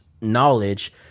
knowledge